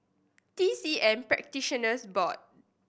T C M Practitioners Board